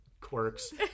quirks